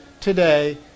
today